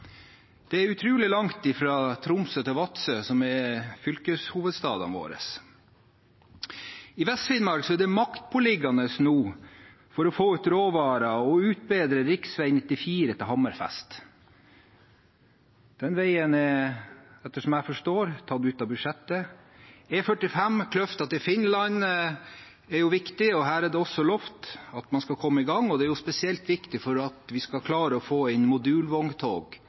Det er utrolig langt fra Tromsø til Vadsø, som er fylkeshovedstedene våre. I Vest-Finnmark er det nå maktpåliggende å utbedre rv. 94 til Hammerfest for å få ut råvarer. Den veien er, etter hva jeg forstår, tatt ut av budsjettet. E45 fra Kløfta til Finland er viktig – her er det også lovet at man skal komme i gang – og veien er spesielt viktig for å klare å få modulvogntog